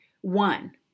One